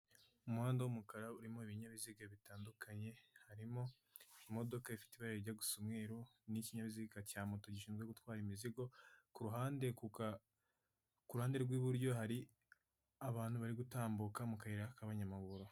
Umuhanda w'umukara urimo ibinyabiziga bitandukanye, harimo imodoka ifite ibara rijya gusa umweru n'ikinyabiziga cya moto gishinzwe gutwara imizigo ku ruhande rw'iburyo hari abantu bari gutambuka mu kayira k'abanyamaguru.